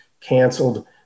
canceled